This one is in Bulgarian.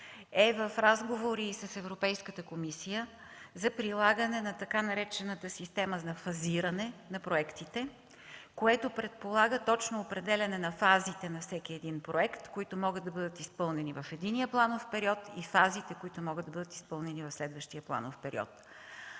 е в разговори и с Европейската комисия за прилагане на така наречената „система на фазиране” на проектите, което предполага точно определяне на фазите на всеки проект, които могат да бъдат изпълнени в единия планов период, и фазите, които могат да бъдат изпълнени в следващия планов период.